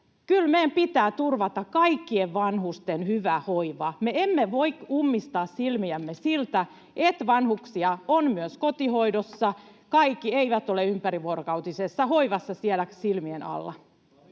meidän pitää turvata kaikkien vanhusten hyvä hoiva. [Pia Sillanpää: Juuri näin!] Me emme voi ummistaa silmiämme siltä, että vanhuksia on myös kotihoidossa. Kaikki eivät ole ympärivuorokautisessa hoivassa siellä silmien alla.